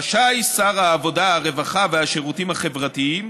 רשאי שר העבודה, הרווחה והשירותים החברתיים